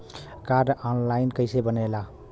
Card online कइसे बनेला?